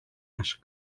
наших